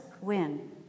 Win